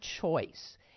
choice